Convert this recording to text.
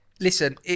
Listen